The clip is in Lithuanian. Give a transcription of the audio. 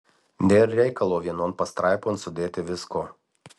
nėr reikalo vienon pastraipon sudėti visko